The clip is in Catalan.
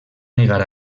negar